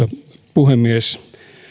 puhemies jotta en